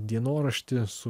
dienoraštį su